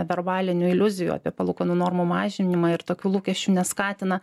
verbalinių iliuzijų apie palūkanų normų mažinimą ir tokių lūkesčių neskatina